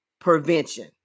prevention